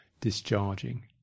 discharging